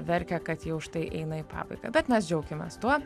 verkia kad jau štai eina į pabaigą bet mes džiaukimės tuo